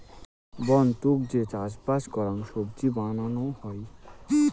বন্য তুক যে চাষবাস করাং সবজি বানানো হই